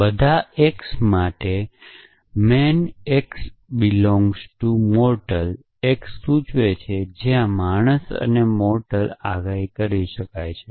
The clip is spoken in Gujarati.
બધા x માટે મેન x 🡪મોરટલ x સૂચવે છે જ્યાં માણસ અને મોરટલ આગાહી કરે છે